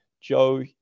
joe